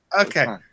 Okay